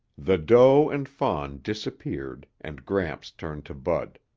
the doe and fawn disappeared, and gramps turned to bud.